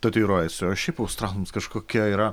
tatuiruojasi o šiaip australams kažkokia yra